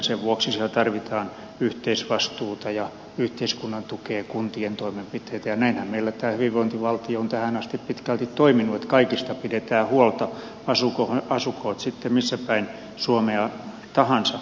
sen vuoksi siinä tarvitaan yhteisvastuuta ja yhteiskunnan tukea kuntien toimenpiteitä ja näinhän meillä tämä hyvinvointivaltio on tähän asti pitkälti toiminut että kaikista pidetään huolta asukoot sitten missä päin suomea tahansa